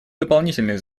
дополнительной